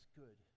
good